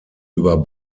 über